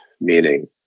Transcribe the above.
meaning